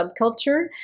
subculture